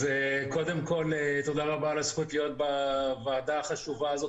תודה רבה על הזכות להיות בוועדה החשובה הזאת,